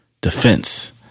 Defense